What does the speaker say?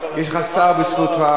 יש לך שר בזכותך,